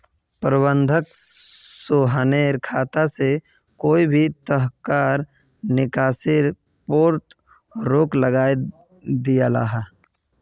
प्रबंधक सोहानेर खाता से कोए भी तरह्कार निकासीर पोर रोक लगायें दियाहा